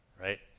right